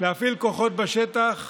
להפעיל כוחות בשטח,